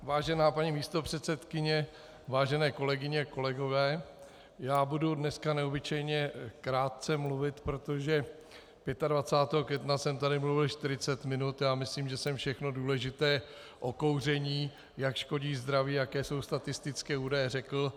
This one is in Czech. Vážená paní místopředsedkyně, vážené kolegyně, kolegové, budu dneska neobyčejně krátce mluvit, protože 25. května jsem tady mluvil 40 minut a myslím, že jsem všechno důležité o kouření, jak škodí zdraví, jaké jsou statistické údaje, řekl.